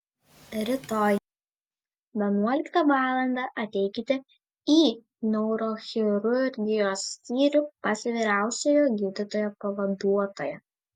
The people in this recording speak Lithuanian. rytoj vienuoliktą valandą ateikite į neurochirurgijos skyrių pas vyriausiojo gydytojo pavaduotoją